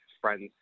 friends